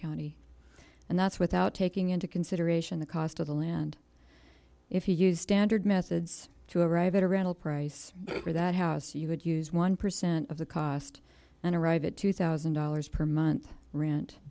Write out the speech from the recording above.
county and that's without taking into consideration the cost of the land if you use standard methods to arrive at a rental price for that house you would use one percent of the cost and arrive at two thousand dollars per month rent